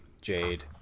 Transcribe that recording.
Jade